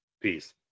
peace